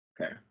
Okay